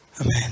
Amen